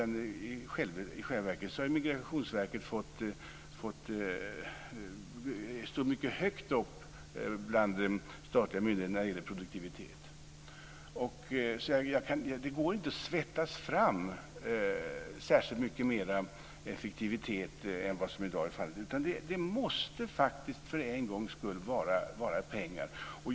I själva verket står Migrationsverket mycket högt upp på listan för statliga myndigheter när det gäller produktivitet. Det går inte att svettas fram särskilt mycket mera effektivitet än vad som i dag är fallet. Det måste för en gångs skull vara en fråga om pengar.